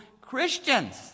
Christians